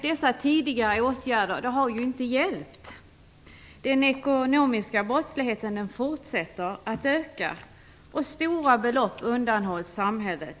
Dessa tidigare åtgärder har dock inte hjälpt. Den ekonomiska brottsligheten fortsätter att öka och stora belopp undanhålls samhället.